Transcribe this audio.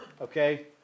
Okay